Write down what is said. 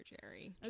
Jerry